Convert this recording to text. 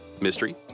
mystery